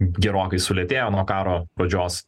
gerokai sulėtėjo nuo karo pradžios